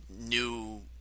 new